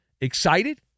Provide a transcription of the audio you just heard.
excited